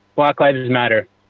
lack lives matter.